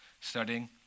studying